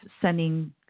sending